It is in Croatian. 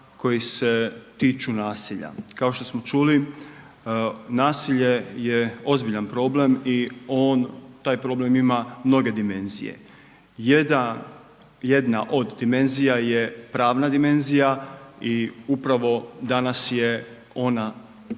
koji se tiču nasilja. Kao što smo čuli nasilje je ozbiljan problem i on, taj problem ima mnoge dimenzije. Jedna od dimenzija je pravna dimenzija i upravo danas je ona, ta